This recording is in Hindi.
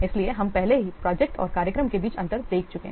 इसलिए हम पहले ही प्रोजेक्ट और कार्यक्रम के बीच अंतर देख चुके हैं